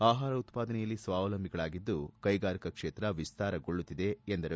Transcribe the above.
ಆಹಾರ ಉತ್ಪಾದನೆಯಲ್ಲಿ ಸ್ವಾವಲಂಬಗಳಾಗಿದ್ದು ಕೈಗಾರಿಕಾ ಕ್ಷೇತ್ರ ವಿಸ್ತಾರಗೊಳ್ಳುತ್ತಿದೆ ಎಂದರು